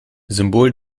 symbol